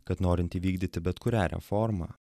kad norint įvykdyti bet kurią reformą